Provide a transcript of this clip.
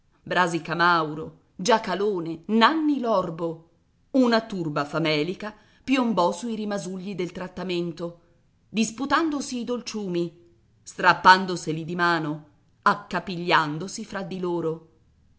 brasi camauro giacalone nanni l'orbo una turba famelica piombò sui rimasugli del trattamento disputandosi i dolciumi strappandoseli di mano accapigliandosi fra di loro